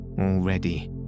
already